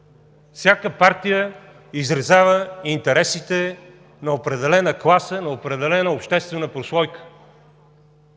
– всяка партия изразява интересите на определена класа, на определена обществена прослойка.